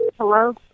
Hello